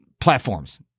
platforms